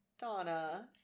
Donna